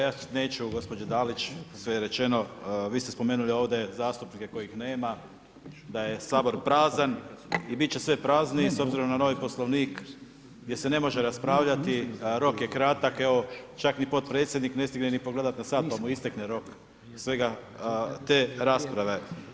Ja neću o gospođi Dalić sve je rečeno, vi ste spomenuli ovdje zastupnike kojih nema, da je Sabor prazan i bit će sve prazniji s obzirom na novi Poslovnik gdje se ne može raspravljati rok je kratak evo čak ni potpredsjednik ne stigne pogledati na sat pa mu istekne rok svega te rasprave.